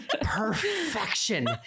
perfection